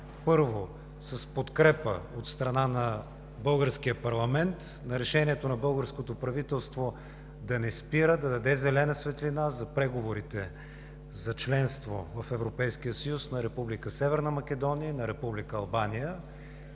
Първо, с подкрепа от страна на българския парламент на решението на българското правителство да не спира, да даде зелена светлина за преговорите за членство в Европейския съюз на Република Северна Македония и на Република Албания